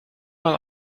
mal